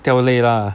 掉泪啦